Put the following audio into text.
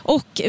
Och